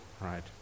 right